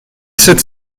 sept